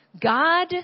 God